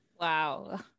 Wow